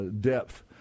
depth